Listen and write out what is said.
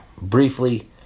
briefly